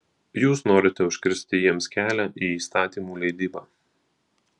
jūs norite užkirsti jiems kelią į įstatymų leidybą